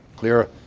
Clear